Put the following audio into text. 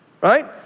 Right